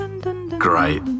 Great